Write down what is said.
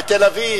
בתל-אביב,